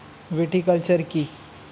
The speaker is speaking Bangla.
ভিটিকালচার কী?